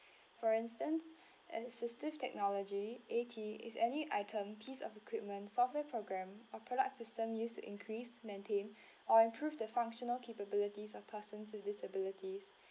for instance an assistive technology A_T is any item piece of equipment software program or product system used to increase maintain or improve the functional capabilities of persons with disabilities